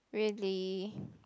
really